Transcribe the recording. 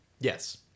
Yes